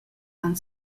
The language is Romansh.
han